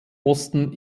osten